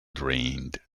drained